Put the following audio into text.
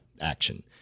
action